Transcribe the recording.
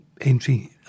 entry